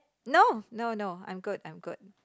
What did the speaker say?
no no no I'm good I'm good